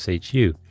SHU